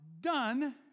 done